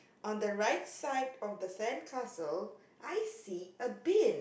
on the right side on the sandcastle I see a bin